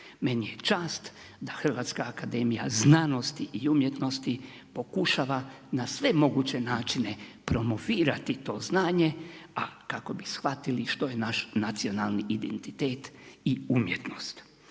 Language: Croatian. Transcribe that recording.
Meni je čast da HAZU pokušava na sve moguće načine promovirati to znanje, a kako bi shvatili što je naš nacionalni identitet i umjetnost.